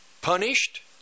punished